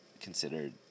considered